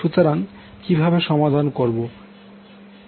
সুতরাং কীভাবে সমাধান করবো